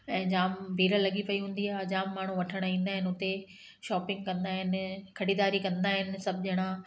ऐं जाम भीड़ लॻी पई हूंदी आहे जाम माण्हू वठण ईंदा आहिनि उते शॉपिंग कंदा आहिनि खड़ीदारी कंदा आहिनि सभु ॼणा